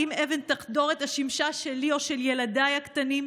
האם אבן תחדור את השמשה שלי או של ילדיי הקטנים?